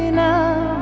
now